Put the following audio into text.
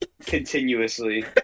continuously